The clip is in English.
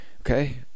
okay